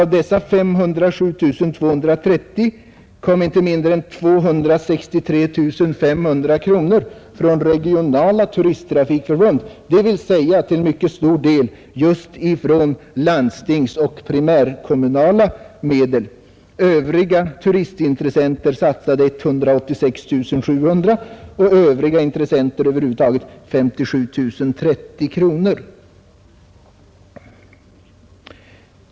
Av dessa 507 230 kronor kom inte mindre än 263 500 från regionala turisttrafikförbund, dvs. till mycket stor del just från landsting och primärkommuner. övriga turistintressenter satsade Nr 52 186 700 kronor och övriga intressenter över huvud taget 57 030 kronor.